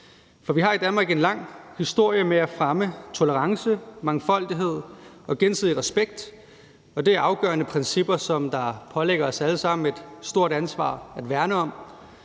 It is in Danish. Vi har i Danmark en lang historie med at fremme tolerance, mangfoldighed og gensidig respekt, og det er afgørende principper, som der påhviler os alle sammen et stort ansvar for at værne om,